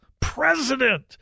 president